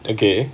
okay